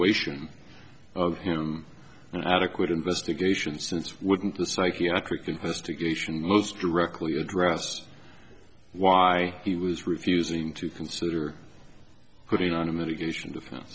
ation of him an adequate investigation since wouldn't the psychiatric investigation most directly address why he was refusing to consider putting on a medication